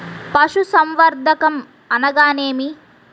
పశుసంవర్ధకం అనగానేమి?